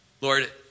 Lord